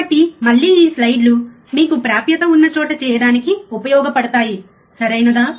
కాబట్టి మళ్ళీ ఈ స్లైడ్లు మీకు ప్రాప్యత ఉన్న చోట చేయడానికి ఉపయోగపడతాయి సరియైనదా